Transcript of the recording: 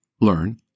learn